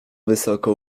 wysoko